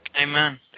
Amen